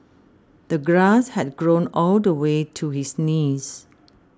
the grass had grown all the way to his knees